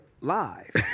live